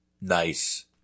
Nice